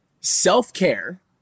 Self-care